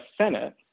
Senate